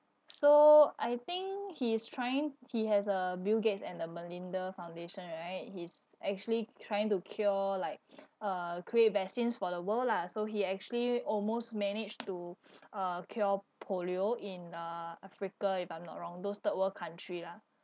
so I think he is trying he has a bill gates and the melinda foundation right he's actually trying to cure like uh create vaccines for the world lah so he actually almost managed to uh cure polio in uh africa if I'm not wrong those third world country ah